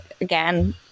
again